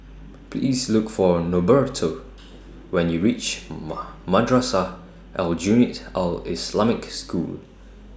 Please Look For Norberto when YOU REACH Madrasah Aljunied Al Islamic School